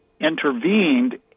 intervened